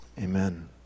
Amen